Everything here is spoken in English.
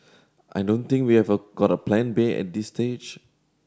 I don't think we have got a Plan B at this stage